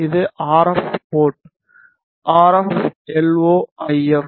இது RF port RF LO IF